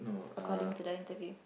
according to the interview